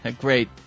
Great